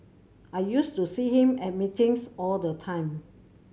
I used to see him at meetings all the time